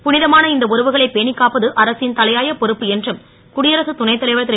பு தமான இந்த உறவுகளை பேணிக் காப்பது அரசின் தலையாய பொறுப்பு என்றும் குடியரசுத் துணைத்தலைவர் ரு